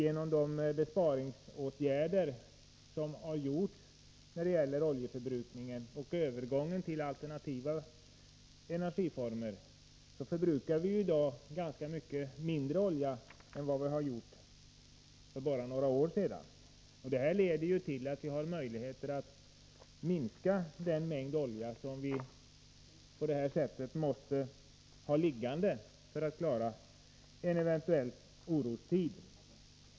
Genom de besparingsåtgärder som vidtagits i fråga om oljeförbrukningen och genom övergången till alternativa energiformer förbrukar vi i dag väsentligt mindre olja än vi gjorde för bara några år sedan. Det leder till att vi har möjligheter att minska den mängd olja som vi på det här sättet måste ha i lager för att klara en eventuell orostid.